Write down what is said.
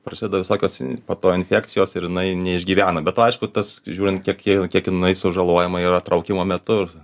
prasideda visokios po to infekcijos ir jinai neišgyvena be to aišku tas žiūrint kiek ji kiek jinai sužalojama yra traukimo metu